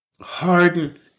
Harden